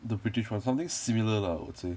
the british one something similar lah I would say